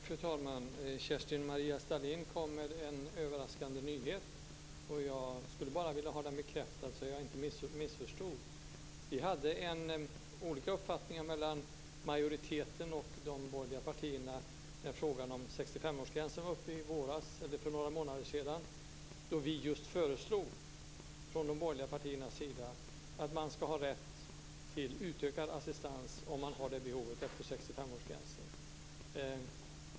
Fru talman! Kerstin-Maria Stalin kom med en överraskande nyhet. Jag skulle bara vilja ha bekräftat att jag inte missförstod detta. Majoriteten och de borgerliga partierna hade olika uppfattningar när frågan om 65-årsgränsen var uppe för några månader sedan. Då föreslog de borgerliga partierna att man ska ha rätt till utökad assistans efter 65 år om har det behovet.